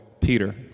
Peter